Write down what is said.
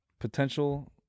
potential